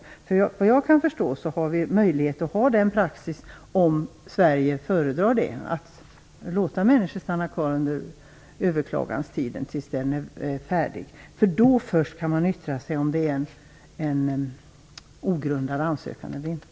Efter vad jag kan förstå har vi möjlighet att i Sverige ha som praxis att låta människor stanna kvar under överklaganstiden om vi föredrar det. Det är ju först efter det som man kan yttra sig om ifall ansökan är ogrundad eller inte.